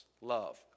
love